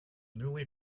newly